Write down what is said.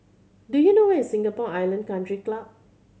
do you know where is Singapore Island Country Club